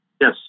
Yes